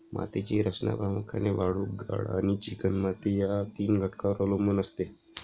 मातीची रचना प्रामुख्याने वाळू, गाळ आणि चिकणमाती या तीन घटकांवर अवलंबून असते